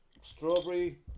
strawberry